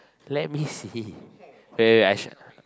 let me see wait wait wait I sh~